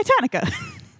Titanica